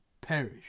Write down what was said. perish